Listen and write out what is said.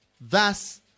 thus